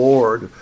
Lord